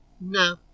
no